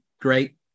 great